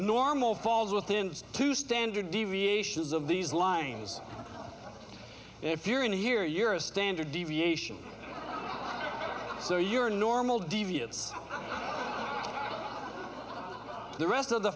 normal falls within two standard deviations of these lines if you're in here you're a standard deviation so your normal deviates the rest of the